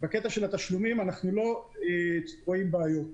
בקטע של התשלומים אנחנו לא רואים בעיות.